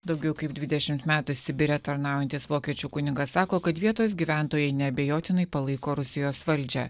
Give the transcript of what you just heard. daugiau kaip dvidešimt metų sibire tarnaujantis vokiečių kunigas sako kad vietos gyventojai neabejotinai palaiko rusijos valdžią